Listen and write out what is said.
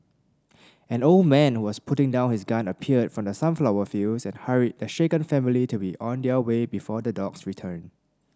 an old man was putting down his gun appeared from the sunflower fields and hurried the shaken family to be on their way before the dogs return